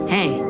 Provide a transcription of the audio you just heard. Hey